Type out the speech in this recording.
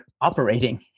operating